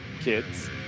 kids